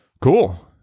Cool